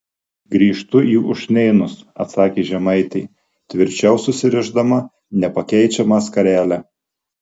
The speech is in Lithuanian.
grįžtu į ušnėnus atsakė žemaitė tvirčiau susirišdama nepakeičiamą skarelę